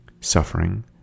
Suffering